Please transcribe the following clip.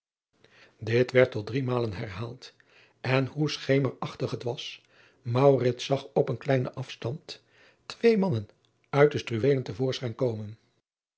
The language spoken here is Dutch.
werd tot driemalen herhaald en hoe schemerachtig het was zag op een kleinen asstand twee mannen uit de struwellen te voorschijn komen